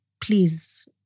please